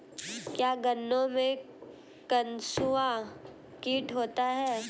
क्या गन्नों में कंसुआ कीट होता है?